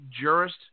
jurist